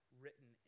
written